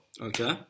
Okay